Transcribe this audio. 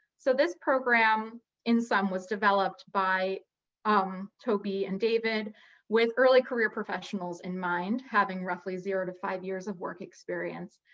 so this program at som was developed by um toby and david with early career professionals in mind, having roughly zero to five years of work experience.